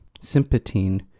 sympatine